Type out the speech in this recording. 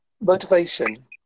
motivation